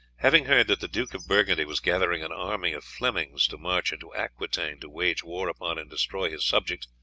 having heard that the duke of burgundy was gathering an army of flemings to march into aquitaine to wage war upon and destroy his subjects,